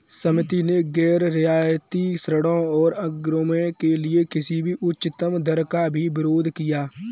समिति ने गैर रियायती ऋणों और अग्रिमों के लिए किसी भी उच्चतम दर का भी विरोध किया